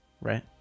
right